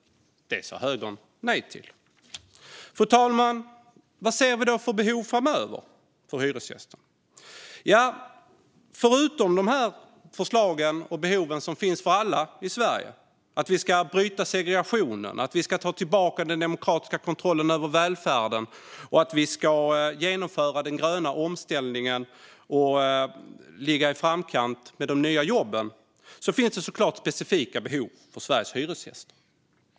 Det sa högern nej till. Fru talman! Vad ser vi då för behov framöver för hyresgästerna? Förutom de förslag och behov som finns för alla i Sverige - att vi ska bryta segregationen, att vi ska ta tillbaka den demokratiska kontrollen över välfärden och att vi ska genomföra den gröna omställningen och ligga i framkant med de nya jobben - finns det såklart specifika behov för Sveriges hyresgäster.